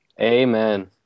Amen